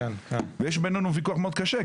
ויש בינינו ויכוח מאוד קשה,